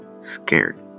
scared